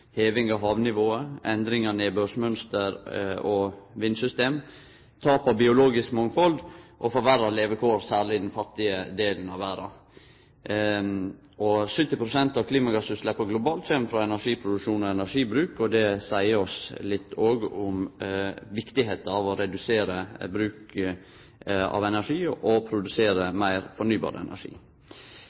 heving av havnivået, endring i nedbørsmønster og vindsystem, tap av biologisk mangfald, og forverra levekår, særleg i den fattige delen av verda. 70 pst. av klimagassutsleppa globalt kjem frå energiproduksjon og energibruk, og det seier oss òg litt om kor viktig det er å redusere bruken av energi og produsere meir fornybar energi.